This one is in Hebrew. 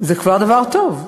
זה כבר דבר טוב.